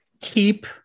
keep